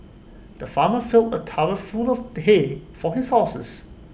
the farmer filled A trough full of the hay for his horses